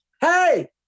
hey